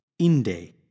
Inde